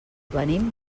venim